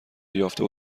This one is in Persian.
یافته